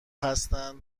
هستن